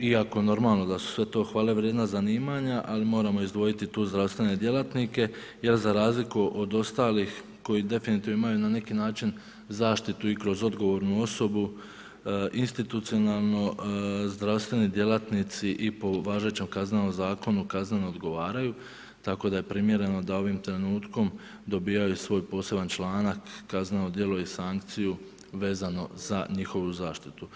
iako normalno da su sve to hvale vrijedna zanimanja, ali moramo izdvojiti tu zdravstvene djelatnike jer za razliku od ostalih koji definitivno imaju na neki način zaštitu i kroz odgovornu osobu, institucionalno zdravstveni djelatnici i po važećem KZ kazneno odgovaraju, tako da je primjereno da ovim trenutkom dobivaju svoj poseban članak o kaznenom djelu i sankciju vezano za njihovu zaštitu.